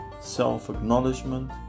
self-acknowledgement